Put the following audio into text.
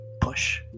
push